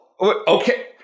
okay